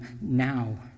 now